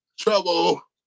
Trouble